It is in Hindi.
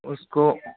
उसको